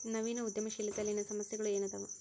ನವೇನ ಉದ್ಯಮಶೇಲತೆಯಲ್ಲಿನ ಸಮಸ್ಯೆಗಳ ಏನದಾವ